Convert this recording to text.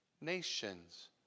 nations